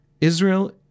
Israel